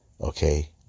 okay